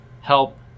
help